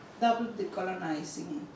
double-decolonizing